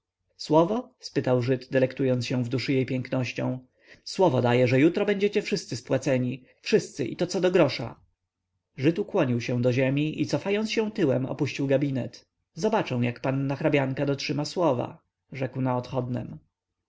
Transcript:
słowo spytał żyd delektując się w duszy jej pięknością słowo daję że jutro będziecie wszyscy spłaceni wszyscy i to co do grosza żyd ukłonił się do ziemi i cofając się tyłem opuścił gabinet zobaczę jak panna hrabianka dotrzyma słowa rzekł na odchodnem